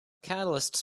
catalysts